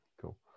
cool